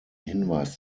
hinweis